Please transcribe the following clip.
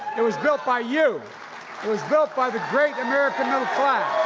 it was built by you. it was built by the great american middle class.